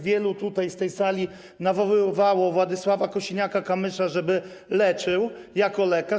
Wielu tutaj z tej sali nawoływało Władysława Kosiniaka-Kamysza, żeby leczył jako lekarz.